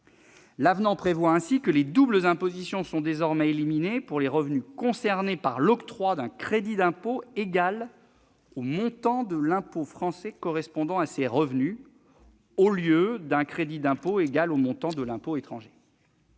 L'avenant prévoit ainsi que les doubles impositions sont désormais éliminées pour les revenus concernés par l'octroi d'un crédit d'impôt égal au montant de l'impôt français correspondant à ces revenus, au lieu d'un crédit d'impôt égal au montant de l'impôt étranger.